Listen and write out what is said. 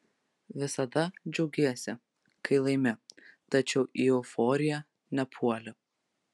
visada džiaugiesi kai laimi tačiau į euforiją nepuoli